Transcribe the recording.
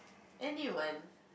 anyone